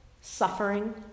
suffering